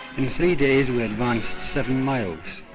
in three days we advanced seven miles,